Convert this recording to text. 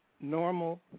normal